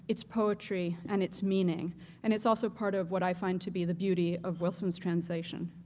it's poetry and its meaning and it's also part of what i find to be the beauty of wilson's translation.